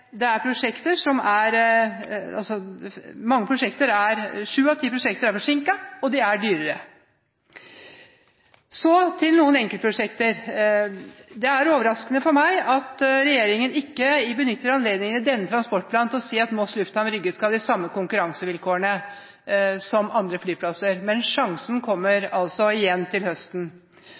av ti prosjekter er forsinket, og de er dyrere. Så til noen enkeltprosjekter. Det er overraskende for meg at regjeringen ikke benytter anledningen i denne transportplanen til å si at Moss Lufthavn Rygge skal ha de samme konkurransevilkårene som andre flyplasser. Men sjansen kommer igjen til høsten.